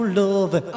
love